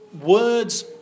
words